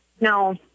No